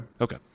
Okay